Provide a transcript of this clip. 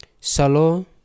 salo